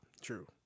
True